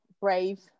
brave